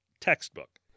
Textbook